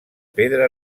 pedra